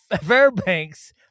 Fairbanks